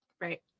Right